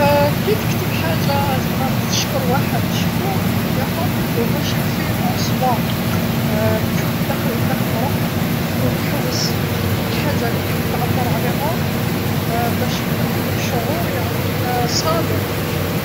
كتكتب حاجه زعما باش تشكر واحد، شكرو مكانش أفضل من أنك تبحث عن نفس تشوف داخل داخل روحك، تحوس الحاجه لتحب تعبر عليها باش يكون عندك شعور، يعني صادق،